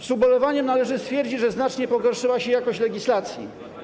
Z ubolewaniem należy stwierdzić, że znacznie pogorszyła się jakość legislacji.